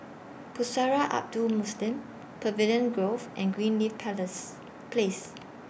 Pusara Abadi Muslim Pavilion Grove and Greenleaf Palace Place